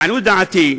לעניות דעתי,